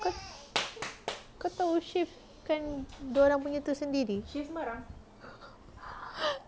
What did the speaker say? kau tahu shave kan dorang punya tu sendiri